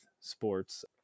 sports